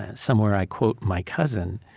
ah somewhere i quote my cousin,